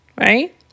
right